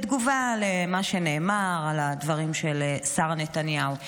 בתגובה למה שנאמר על הדברים של שרה נתניהו.